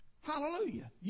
Hallelujah